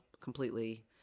completely